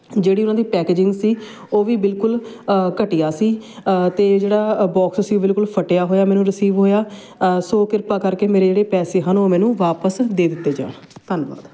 ਜਿਹੜੀ ਉਹਨਾਂ ਦੀ ਪੈਕਿੰਗਜ ਸੀ ਉਹ ਵੀ ਬਿਲਕੁਲ ਘਟੀਆ ਸੀ ਅਤੇ ਜਿਹੜਾ ਬੋਕਸ ਸੀ ਉਹ ਬਿਲਕੁਲ ਫਟਿਆ ਹੋਇਆ ਮੈਨੂੰ ਰਿਸੀਵ ਹੋਇਆ ਸੋ ਕਿਰਪਾ ਕਰਕੇ ਮੇਰੇ ਜਿਹੜੇ ਪੈਸੇ ਹਨ ਉਹ ਮੈਨੂੰ ਵਾਪਸ ਦੇ ਦਿੱਤੇ ਜਾਣ ਧੰਨਵਾਦ